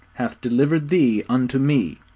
hath delivered thee unto me,